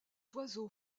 oiseau